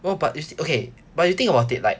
no but it's okay but you think about it like